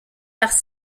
par